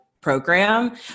program